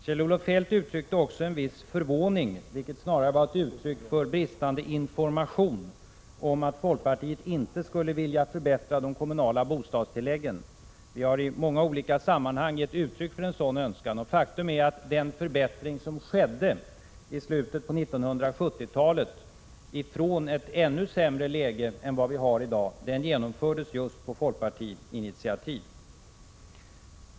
Kjell-Olof Feldt uttryckte också en viss förvåning — snarast var det ett uttryck för bristande information — över att folkpartiet inte skulle vilja förbättra de kommunala bostadstilläggen. Vi har i många olika sammanhang gett uttryck för önskan om detta. Faktum är att förbättringen i slutet av 1970-talet, då läget var ännu sämre än vad det är i dag, genomfördes på folkpartiets initiativ.